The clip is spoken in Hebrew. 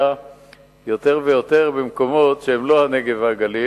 יותר ויותר במקומות שהם לא הנגב והגליל,